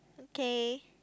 okay